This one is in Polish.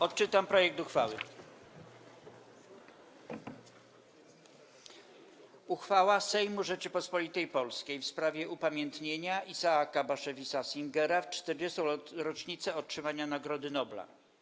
Odczytam projekt uchwały: „Uchwała Sejmu Rzeczypospolitej Polskiej w sprawie upamiętnienia Isaaca Bashevisa Singera w 40. rocznicę otrzymania Nagrody Nobla.